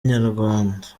inyarwanda